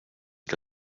que